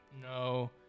No